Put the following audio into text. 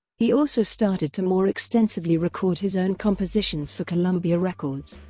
he also started to more extensively record his own compositions for columbia records.